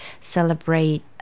celebrate